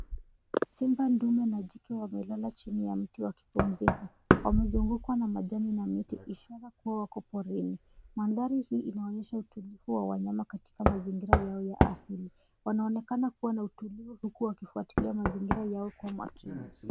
Simba ndume na jike wamelala chini ya mti wakipumzika wamezungukwa na majani na miti ishara kuwa wako porini mandhari hii inaonyesha utulivu wa wanyama katika mazingira yao ya asili wanaonekana kuwa na utulivu huku wakifuatilia mazingira yao kwa makini